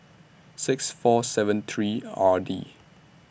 six four seven three R D